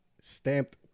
stamped